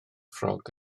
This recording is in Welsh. ffrog